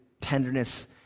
tenderness